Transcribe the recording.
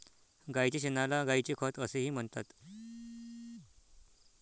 गायीच्या शेणाला गायीचे खत असेही म्हणतात